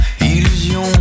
Illusion